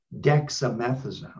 dexamethasone